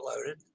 loaded